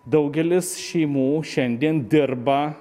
daugelis šeimų šiandien dirba